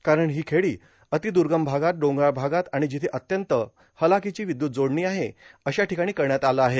कारण ही खेडी अतिद्रर्गम भागात डोंगराळ भाग आणि जिथे अत्यंत हालाखीची विद्युत जोडणी आहे अशा ठिकाणी हे विद्युतीकरण झाले आहे